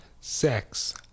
sex